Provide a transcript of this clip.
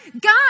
God